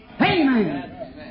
Amen